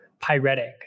Pyretic